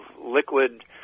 liquid